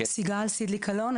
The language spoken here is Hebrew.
סיגל סידליק אלון,